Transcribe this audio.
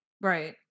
Right